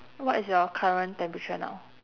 what is your current temperature now